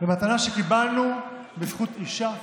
זו מתנה שקיבלנו בזכות אישה